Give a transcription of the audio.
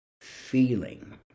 feeling